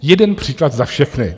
Jeden příklad za všechny.